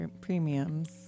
premiums